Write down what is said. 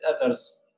others